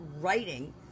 writing